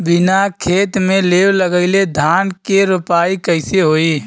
बिना खेत में लेव लगइले धान के रोपाई कईसे होई